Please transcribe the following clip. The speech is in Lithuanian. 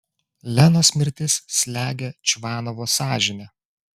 lenos mirtis slegia čvanovo sąžinę